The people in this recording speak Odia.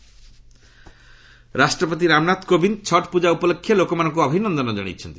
ପ୍ରେଜ୍ ଛଟ ରାଷ୍ଟ୍ରପତି ରାମନାଥ କୋବିନ୍ଦ ଛଟ୍ ପୂଜା ଉପଲକ୍ଷେ ଲୋକମାନଙ୍କୁ ଅଭିନନ୍ଦନ କଶାଇଛନ୍ତି